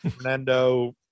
Fernando